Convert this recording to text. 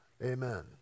Amen